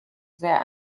sehr